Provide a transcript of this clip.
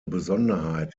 besonderheit